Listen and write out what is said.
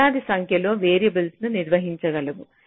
వేలాది సంఖ్యలో వేరియబుల్స్ నిర్వహించగలవు